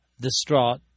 Distraught